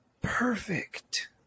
perfect